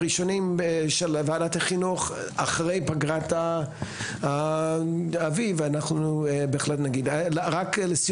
משרד החינוך ואני יודע שגברת שושי שפיגל ומר אייל רק נמצאים